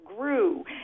grew